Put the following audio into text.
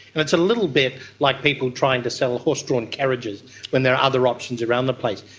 and it's a little bit like people trying to sell horse-drawn carriages when there are other options around the place.